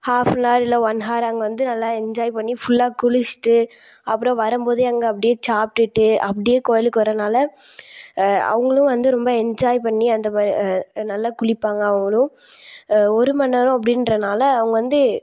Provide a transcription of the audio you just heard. half an hour இல்லை one hour அங்கே வந்து நல்லா என்ஜாய் பண்ணி ஃபுல்லாக குளிச்சுட்டு அப்புறம் வரும்போதே அங்கே அப்படியே சாப்பிட்டுட்டு அப்படியே கோயிலுக்கு வரனால் அவங்களும் வந்து ரொம்ப என்ஜாய் பண்ணி அந்தமாதிரி நல்லா குளிப்பாங்க அவ்வளோ ஒரு மணி நேரம் அப்படின்றனால அவங்க வந்து